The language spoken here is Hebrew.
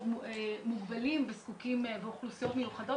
נזקקים ואוכלוסיות מיוחדות.